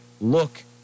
look